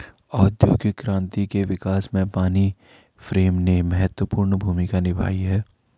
औद्योगिक क्रांति के विकास में पानी फ्रेम ने महत्वपूर्ण भूमिका निभाई है